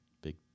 Big